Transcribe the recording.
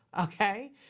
Okay